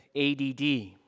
ADD